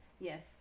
Yes